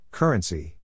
Currency